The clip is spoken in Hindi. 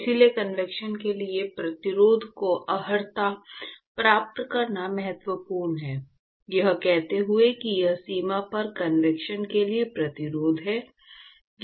इसलिए कन्वेक्शन के लिए प्रतिरोध को अर्हता प्राप्त करना महत्वपूर्ण है यह कहते हुए कि यह सीमा पर कन्वेक्शन के लिए प्रतिरोध है